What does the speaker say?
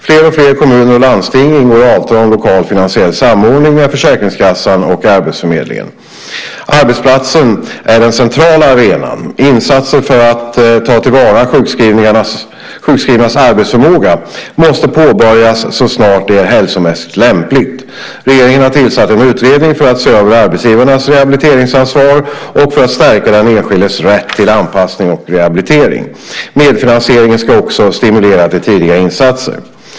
Fler och fler kommuner och landsting ingår avtal om lokal finansiell samordning med Försäkringskassan och arbetsförmedlingen. Arbetsplatsen är den centrala arenan. Insatser för att ta till vara sjukskrivnas arbetsförmåga måste påbörjas så snart det är hälsomässigt lämpligt. Regeringen har tillsatt en utredning för att se över arbetsgivarnas rehabiliteringsansvar och för att stärka den enskildes rätt till arbetsanpassning och rehabilitering. Medfinansieringen ska också stimulera till tidiga insatser.